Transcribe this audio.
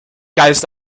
geist